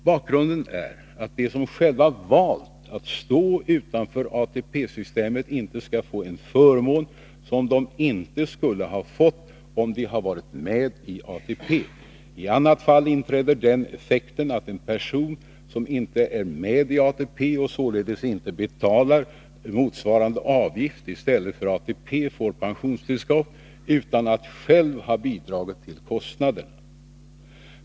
Bakgrunden är att de som själva valt att stå utanför ATP-systemet inte skall få en förmån som de inte skulle ha fått om de varit med i ATP. I annat fall inträder den effekten att en person som inte är med i ATP, och således inte betalar motsvarande avgift, i stället för ATP får pensionstillskott, utan att själv ha bidragit till kostnaderna.